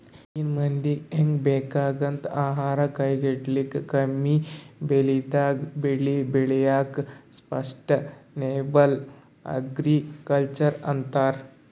ಈಗಿನ್ ಮಂದಿಗ್ ಹೆಂಗ್ ಬೇಕಾಗಂಥದ್ ಆಹಾರ್ ಕೈಗೆಟಕಪ್ಲೆ ಕಮ್ಮಿಬೆಲೆಗ್ ಬೆಳಿ ಬೆಳ್ಯಾದಕ್ಕ ಸಷ್ಟನೇಬಲ್ ಅಗ್ರಿಕಲ್ಚರ್ ಅಂತರ್